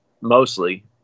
mostly